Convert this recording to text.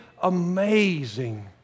amazing